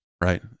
right